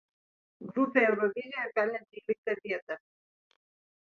grupė eurovizijoje pelnė tryliktą vietą